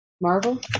Marvel